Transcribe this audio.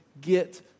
get